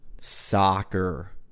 soccer